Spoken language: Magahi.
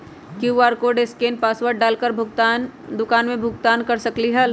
कियु.आर कोड स्केन पासवर्ड डाल कर दुकान में भुगतान कर सकलीहल?